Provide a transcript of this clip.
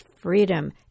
freedom